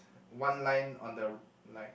one line on the like